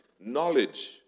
knowledge